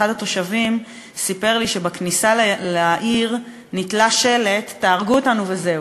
אחד התושבים סיפר לי שבכניסה לעיר נתלה שלט: "תהרגו אותנו וזהו".